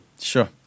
Sure